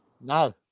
no